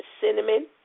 cinnamon